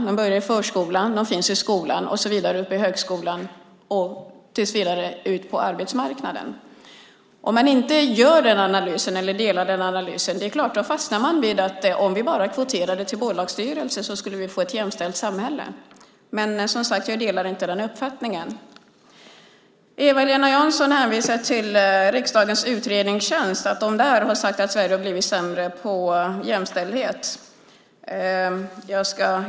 De börjar i förskolan, och de finns i skolan och så vidare upp i högskolan och sedan ute på arbetsmarknaden. Om man inte delar den analysen är det klart att man fastnar i att om vi bara kvoterade till bolagsstyrelser skulle vi få ett jämställt samhälle. Men jag delar som sagt inte den uppfattningen. Eva-Lena Jansson hänvisar till riksdagens utredningstjänst och att de har sagt att Sverige har blivit sämre på jämställdhet.